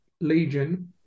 legion